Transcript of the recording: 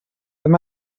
wenn